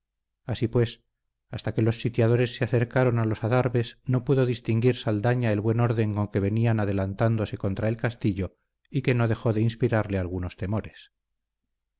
así pues hasta que los sitiadores se acercaron a los adarves no pudo distinguir saldaña el buen orden con que venían adelantándose contra el castillo y que no dejó de inspirarle algunos temores